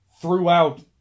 throughout